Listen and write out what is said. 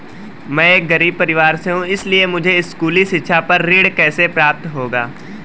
मैं एक गरीब परिवार से हूं इसलिए मुझे स्कूली शिक्षा पर ऋण कैसे प्राप्त होगा?